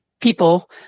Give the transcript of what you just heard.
people